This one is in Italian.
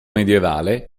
medioevale